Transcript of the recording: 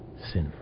sinful